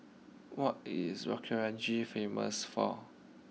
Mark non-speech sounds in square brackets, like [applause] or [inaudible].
what is [unintelligible] famous for